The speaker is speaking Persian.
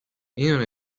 اینو